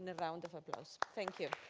and round of applause. thank you.